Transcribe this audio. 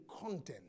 content